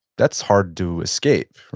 that's hard to escape,